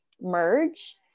merge